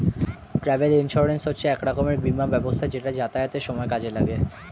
travel insurance হচ্ছে এক রকমের বীমা ব্যবস্থা যেটা যাতায়াতের সময় কাজে লাগে